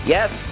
Yes